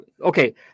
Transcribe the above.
okay